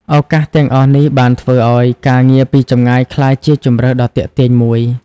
ឱកាសទាំងអស់នេះបានធ្វើឱ្យការងារពីចម្ងាយក្លាយជាជម្រើសដ៏ទាក់ទាញមួយ។